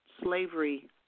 slavery –